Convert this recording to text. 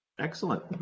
Excellent